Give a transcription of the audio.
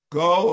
go